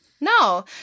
No